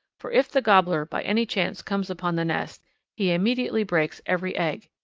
for if the gobbler by any chance comes upon the nest he immediately breaks every egg.